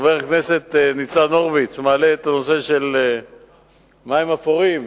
חבר הכנסת ניצן הורוביץ מעלה את הנושא של מים אפורים,